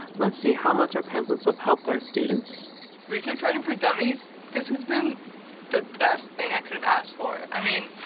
let's see hw much our pamphlets have helped our students. actor research writing for dummies, this has been the best thing i could have asked for, i mean